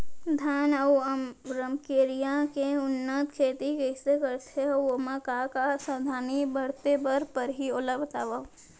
धान अऊ रमकेरिया के उन्नत खेती कइसे करथे अऊ ओमा का का सावधानी बरते बर परहि ओला बतावव?